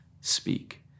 speak